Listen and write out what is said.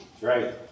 Right